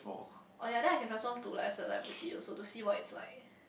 oh ya then I can transform to like celebrity also to see what it's like